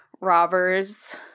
robbers